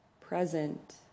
present